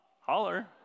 Holler